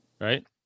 Right